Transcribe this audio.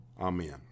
Amen